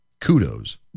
Kudos